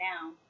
now